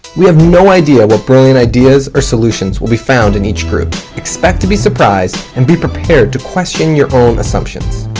we have no idea what brilliant ideas or solutions will be found in each group. expect to be surprised and be prepared to question your own assumptions.